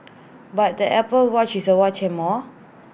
but the Apple watch is A watch and more